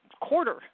quarter